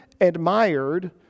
admired